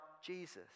Jesus